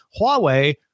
Huawei